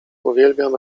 uwielbiam